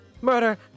Murder